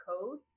code